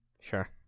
Sure